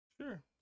Sure